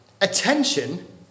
Attention